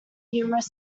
humorous